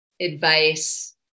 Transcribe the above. advice